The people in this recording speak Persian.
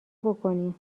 بکنی